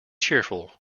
cheerful